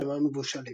ותפוחי אדמה מבושלים.